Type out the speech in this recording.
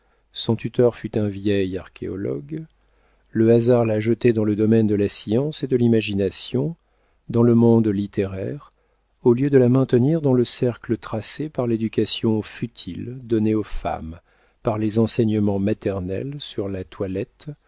son tuteur fut un vieil archéologue le hasard l'a jetée dans le domaine de la science et de l'imagination dans le monde littéraire au lieu de la maintenir dans le cercle tracé par l'éducation futile donnée aux femmes par les enseignements maternels sur la toilette